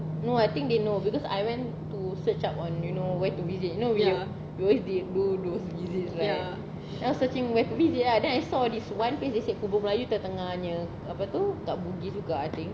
no I think they know because I went to search up on you know where to visit you know we we always do those visits right and I was searching where to visit ah then I saw this one place they said kubur melayu tengah-tengahnya apa tu kat bugis juga I think